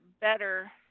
better